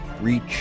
reach